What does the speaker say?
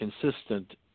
consistent